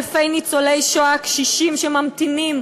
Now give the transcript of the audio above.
אלפי ניצולי שואה קשישים שממתינים,